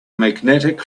magnetic